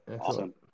awesome